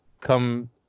Come